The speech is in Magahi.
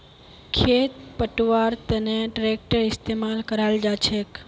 खेत पैटव्वार तनों ट्रेक्टरेर इस्तेमाल कराल जाछेक